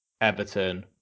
Everton